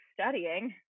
studying